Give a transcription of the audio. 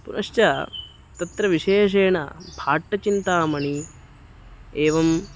पुनश्च तत्र विशेषेण भाट्टचिन्तामणिः एवं